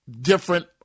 different